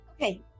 okay